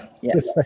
Yes